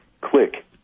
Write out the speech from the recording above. click